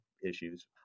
issues